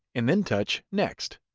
and then touch next.